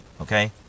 okay